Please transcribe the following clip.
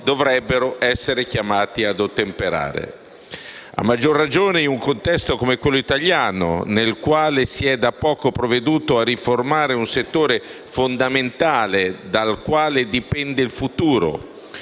dovrebbero essere chiamati ad ottemperare, a maggiore ragione in un contesto come quello italiano, nel quale si è da poco provveduto a riformare un settore fondamentale dal quale dipende il futuro.